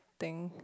thing